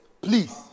Please